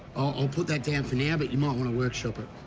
i'll put that down for now but you might want to workshop it.